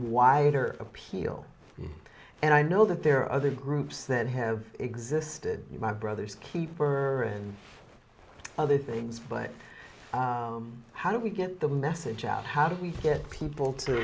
wider appeal and i know that there are other groups that have existed my brother's keeper and other things but how do we get the message out how do we get people to